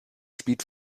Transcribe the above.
spielt